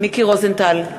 מיקי רוזנטל,